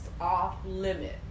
off-limit